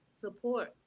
Support